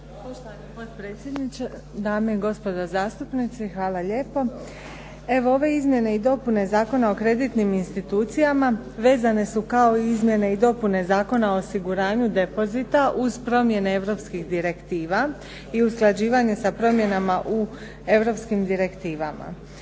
Poštovani potpredsjedniče, dame i gospodo zastupnici. Hvala lijepo. Evo ove izmjene i dopune Zakona o kreditnim institucijama vezane su kao izmjene i dopune Zakona o osiguranju depozita uz promjene europskih direktiva i usklađivanje sa promjenama u europskim direktivama.